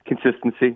Consistency